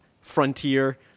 frontier